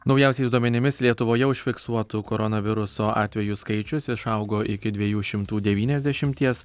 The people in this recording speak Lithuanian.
naujausiais duomenimis lietuvoje užfiksuotų koronaviruso atvejų skaičius išaugo iki dviejų šimtų devyniasdešimties